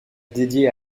dédié